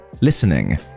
listening